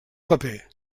paper